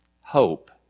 Hope